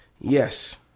Yes